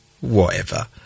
Whatever